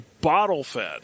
bottle-fed